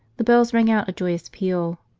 the bells rang out a joyous peal,